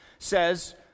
says